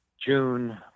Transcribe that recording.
June